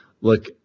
look